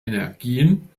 energien